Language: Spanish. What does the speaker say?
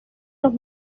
los